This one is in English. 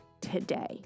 today